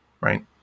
right